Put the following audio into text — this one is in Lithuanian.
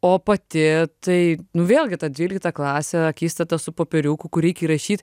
o pati tai nu vėlgi ta dvylikta klasė akistata su popieriuku kur reik įrašyt